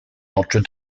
notre